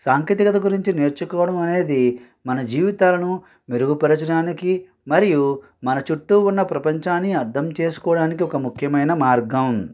సాంకేతికత గురించి నేర్చుకోవడం అనేది మన జీవితాలను మెరుగుపరచడానికి మరియు మన చుట్టూ ఉన్న ప్రపంచాన్ని అర్థం చేసుకోవడానికి ఒక ముఖ్యమైన మార్గం